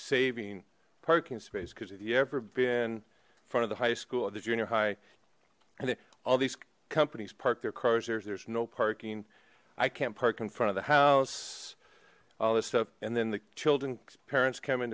saving parking space because have you ever been in front of the high school at the junior high and then all these companies park their cars there's there's no parking i can't park in front of the house all this stuff and then the children parents com